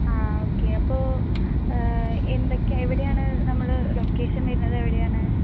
ആ ഓക്കെ അപ്പോൾ എന്തൊക്കെ എവിടെയാണ് നമ്മൾ ലൊക്കേഷൻ വരുന്നതെവിടെയാണ്